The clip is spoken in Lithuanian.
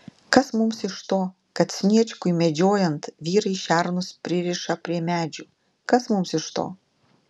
kas mums iš to kad sniečkui medžiojant vyrai šernus pririša prie medžių kas mums iš to